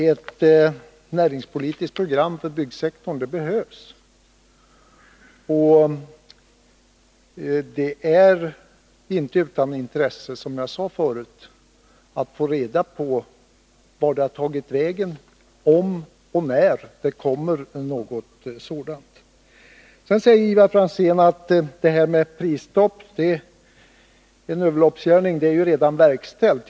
Ett näringspolitiskt program för byggnadssektorn behövs, och det är inte utan intresse — som jag sade förut — att få reda på vart det har tagit vägen och om och när det kommer. Ivar Franzén säger att detta med ett prisstopp är en överloppsgärning eftersom det redan är verkställt.